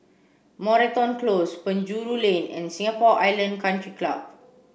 Moreton Close Penjuru Lane and Singapore Island Country Club